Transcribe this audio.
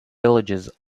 villages